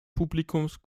publikums